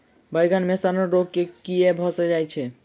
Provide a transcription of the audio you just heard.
बइगन मे सड़न रोग केँ कीए भऽ जाय छै?